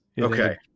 okay